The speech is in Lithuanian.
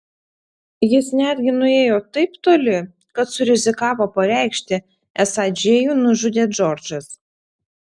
jis netgi nuėjo taip toli kad surizikavo pareikšti esą džėjų nužudė džordžas